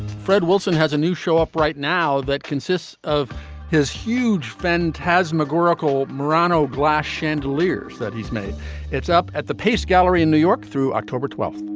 fred wilson has a new show up right now that consists of his huge friend has mcgarrigle murano glass chandelier that he's made it's up at the pace gallery in new york through october twelve